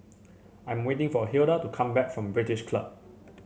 I am waiting for Hilda to come back from British Club